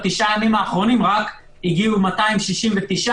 רק בתשעת הימים האחרונים הגיעו 269,